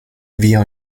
via